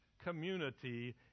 community